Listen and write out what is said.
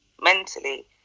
mentally